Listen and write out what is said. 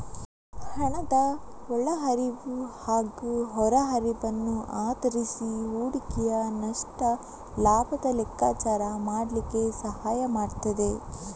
ಹಣದ ಒಳ ಹರಿವು ಹಾಗೂ ಹೊರ ಹರಿವನ್ನು ಆಧರಿಸಿ ಹೂಡಿಕೆಯ ನಷ್ಟ ಲಾಭದ ಲೆಕ್ಕಾಚಾರ ಮಾಡ್ಲಿಕ್ಕೆ ಸಹಾಯ ಮಾಡ್ತದೆ